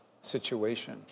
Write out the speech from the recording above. situation